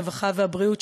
הרווחה והבריאות,